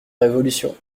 révolution